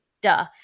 Duh